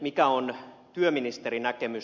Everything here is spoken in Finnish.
mikä on työministerin näkemys